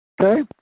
Okay